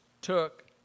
took